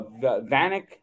Vanek